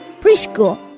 Preschool